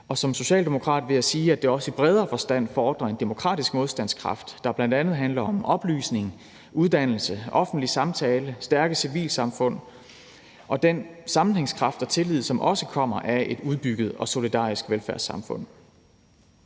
og som socialdemokrat vil jeg sige, at det også i bredere forstand fordrer en demokratisk modstandskraft, der bl.a. handler om oplysning, uddannelse, offentlig samtale, stærke civilsamfund og den sammenhængskraft og tillid, som også kommer af et udbygget og solidarisk velfærdssamfund.